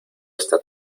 esta